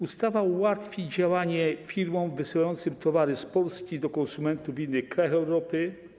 Ustawa ułatwi działanie firmom wysyłającym towary z Polski do konsumentów w innych krajach Europy.